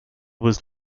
was